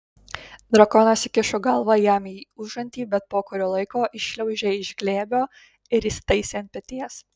drakonas įkišo galvą jam į užantį bet po kurio laiko iššliaužė iš glėbio ir įsitaisė ant peties